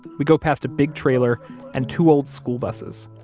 we go past a big trailer and two old school buses,